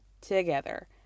together